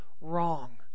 Wrong